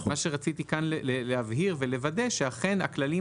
מה שרציתי כאן להבהיר ולוודא הוא שאכן הכללים